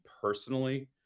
personally